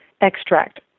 extract